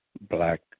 black